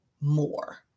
more